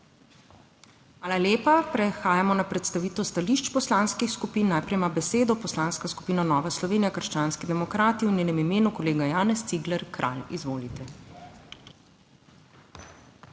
Hvala lepa. Prehajamo na predstavitev stališč poslanskih skupin. Najprej ima besedo Poslanska skupina Nova Slovenija – krščanski demokrati, v njenem imenu kolega Janez Cigler Kralj. Izvolite.